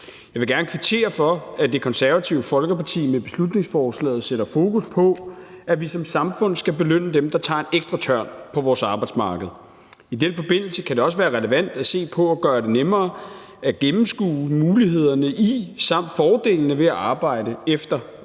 Jeg vil gerne kvittere for, at Det Konservative Folkeparti med beslutningsforslaget sætter fokus på, at vi som samfund skal belønne dem, der tager en ekstra tørn på vores arbejdsmarked. I den forbindelse kan det også være relevant at se på at gøre det nemmere at gennemskue mulighederne i samt fordelene ved at arbejde efter folkepensionsalderen,